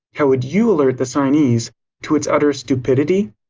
how would you alert the signees to its utter stupidity?